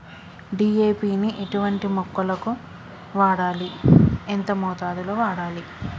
DAP ని ఎటువంటి మొక్కలకు వాడాలి? ఎంత మోతాదులో వాడాలి?